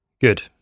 Good